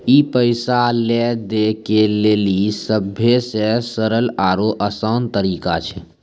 ई पैसा लै दै के लेली सभ्भे से सरल आरु असान तरिका छै